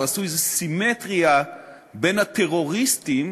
או עשו איזו סימטריה בין הטרוריסטים